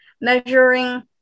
measuring